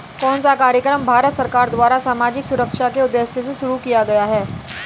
कौन सा कार्यक्रम भारत सरकार द्वारा सामाजिक सुरक्षा के उद्देश्य से शुरू किया गया है?